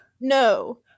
No